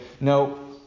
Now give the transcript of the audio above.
no